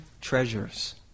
treasures